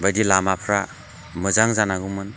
बायदि लामाफ्रा मोजां जानांगौमोन